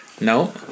No